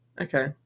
Okay